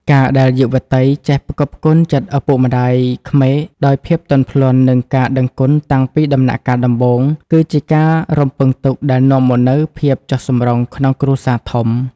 ការដែលយុវតីចេះ "ផ្គាប់ផ្គុនចិត្តឪពុកម្ដាយក្មេក" ដោយភាពទន់ភ្លន់ និងការដឹងគុណតាំងពីដំណាក់កាលដំបូង គឺជាការរំពឹងទុកដែលនាំមកនូវភាពចុះសម្រុងក្នុងគ្រួសារធំ។